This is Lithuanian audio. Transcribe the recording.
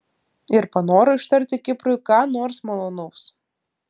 ir panoro ištarti kiprui ką nors malonaus